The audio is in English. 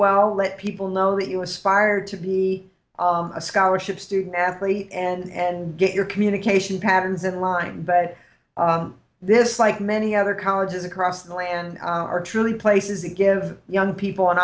well let people know that you aspired to be a scholarship student athlete and get your communication patterns in line but this like many other colleges across the land are truly places that give young people an